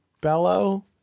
Bellow